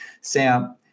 Sam